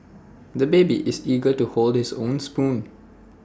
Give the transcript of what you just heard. the baby is eager to hold his own spoon